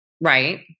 right